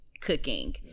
cooking